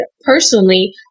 personally